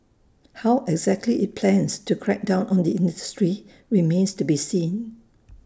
how exactly IT plans to crack down on the industry remains to be seen